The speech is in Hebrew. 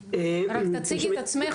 תציגי את עצמך